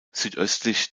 südöstlich